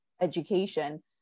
education